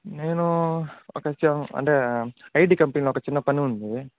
నేను కొంచెం అంటే ఐటీ కంపెనీలో ఒక చిన్న పని ఉంది